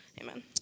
Amen